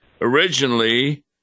Originally